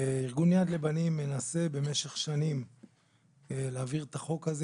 ארגון יד לבנים מנסה במשך שנים להעביר את החוק הזה,